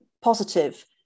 positive